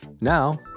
Now